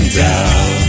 down